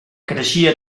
creixia